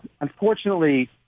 Unfortunately